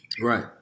right